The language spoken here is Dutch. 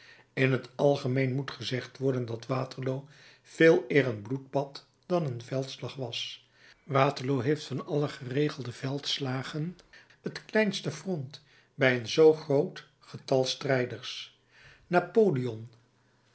in t algemeen moet gezegd worden dat waterloo veeleer een bloedbad dan een veldslag was waterloo heeft van alle geregelde veldslagen het kleinste front bij een zoo groot getal strijders napoleon